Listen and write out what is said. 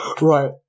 Right